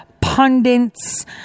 pundits